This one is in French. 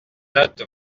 note